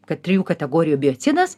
kad trijų kategorijų biocidas